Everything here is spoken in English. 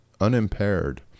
unimpaired